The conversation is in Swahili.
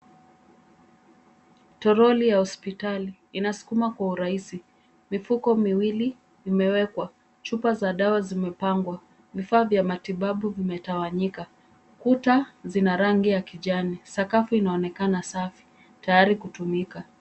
Toroli ya hospitali inasukumwa kwa urahisi, mifuko miwili imewekwa. Chupa za dawa zimepangwa. Vifaa vya matibabu vimetawanyika. Kuta zina rangi ya kijani. Sakafu inaonekana safi tayari kwa kutumika.